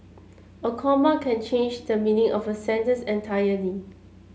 a comma can change the meaning of a sentence entirely